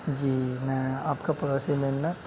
جی جی میں آپ کا پڑوسی منت